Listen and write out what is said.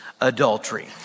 adultery